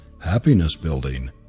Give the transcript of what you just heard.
happiness-building